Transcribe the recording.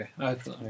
okay